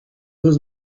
was